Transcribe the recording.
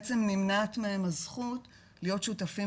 בעצם נמנעת מהם הזכות להיות שותפים